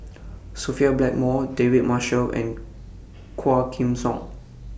Sophia Blackmore David Marshall and Quah Kim Song